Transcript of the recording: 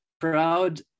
proud